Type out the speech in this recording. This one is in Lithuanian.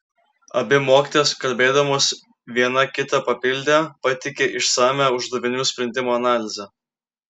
abi mokytojos kalbėdamos viena kitą papildė pateikė išsamią uždavinių sprendimo analizę